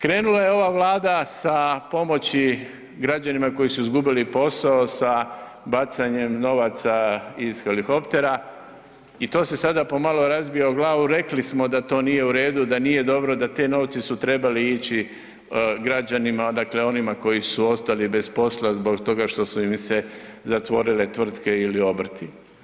Krenula je ova Vlada sa pomoći građanima koji su izgubili posao sa bacanjem novaca iz helikoptera i to se sada pomalo razbija o glavu, rekli smo da to nije u redu, da nije dobro, da ti novci su trebali ići građanima, dakle onima koji su ostali bez posla zbog toga što su im se zatvorile tvrtke ili obrti.